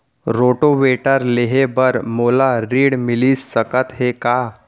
Rotavator लेहे बर मोला ऋण मिलिस सकत हे का?